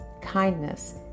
kindness